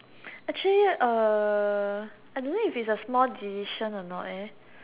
actually I don't know if it's a small decision a not leh